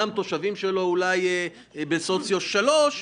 אולי התושבים שלהם הם בסוציו שלוש,